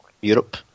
Europe